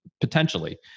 potentially